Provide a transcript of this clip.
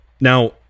Now